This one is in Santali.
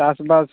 ᱪᱟᱥᱵᱟᱥ